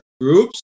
groups